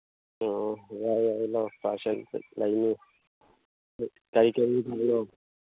ꯑꯣ ꯌꯥꯏ ꯌꯥꯏ ꯂꯧ ꯄꯥꯔꯁꯦꯟ ꯂꯩꯅꯤ